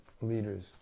leaders